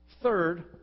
Third